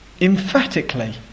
emphatically